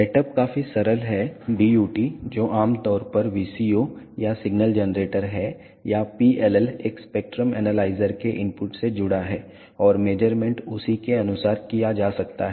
setup काफी सरल है DUT जो आमतौर पर एक VCO या सिग्नल जनरेटर है या PLL एक स्पेक्ट्रम एनालाइजर के इनपुट से जुड़ा है और मेज़रमेंट उसी के अनुसार किया जा सकता है